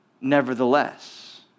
nevertheless